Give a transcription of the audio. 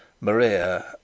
Maria